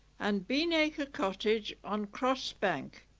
and beanacre cottage on cross bank.